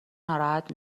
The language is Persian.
ناراحت